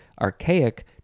archaic